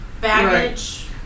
baggage